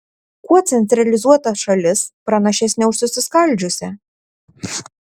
kuo centralizuota šalis pranašesnė už susiskaldžiusią